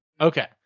Okay